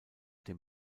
dem